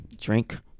drink